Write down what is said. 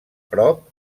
prop